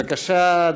בבקשה,